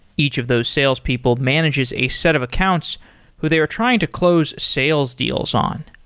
each of those sales people manages a set of accounts who they are trying to close sales deals on.